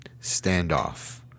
standoff